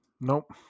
Nope